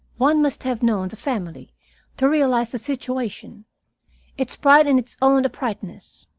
one must have known the family to realize the situation its pride in its own uprightness.